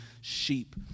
sheep